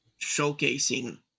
showcasing